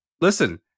listen